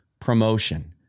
promotion